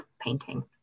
painting